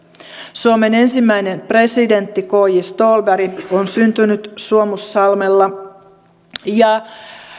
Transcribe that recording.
suomen ensimmäinen presidentti k j ståhlberg on syntynyt suomussalmella ja